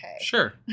Sure